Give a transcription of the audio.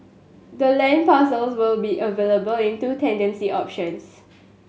the land parcels will be available in two tenancy options